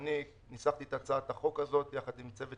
אני ניסחתי את הצעת החוק הזו יחד עם צוות